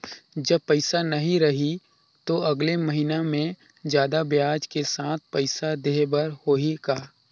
जब पइसा नहीं रही तो अगले महीना मे जादा ब्याज के साथ पइसा देहे बर होहि का?